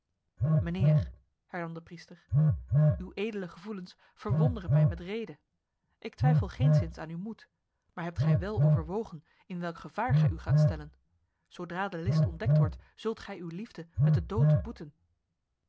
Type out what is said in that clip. hernam de priester uw edele gevoelens verwonderen mij met rede ik twijfel geenszins aan uw moed maar hebt gij wel overwogen in welk gevaar gij u gaat stellen zodra de list ontdekt wordt zult gij uw liefde met de dood boeten